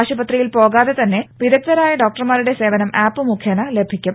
ആശുപത്രിയിൽ പോകാതെ തന്നെ വിദഗ്ദ്ധരായ ഡോക്ടർമാരുടെ സേവനം ആപ്പ് മുഖേന ലഭിക്കും